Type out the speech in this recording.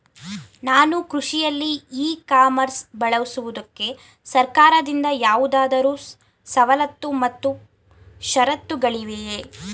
ನಾನು ಕೃಷಿಯಲ್ಲಿ e commerce ಬಳಸುವುದಕ್ಕೆ ಸರ್ಕಾರದಿಂದ ಯಾವುದಾದರು ಸವಲತ್ತು ಮತ್ತು ಷರತ್ತುಗಳಿವೆಯೇ?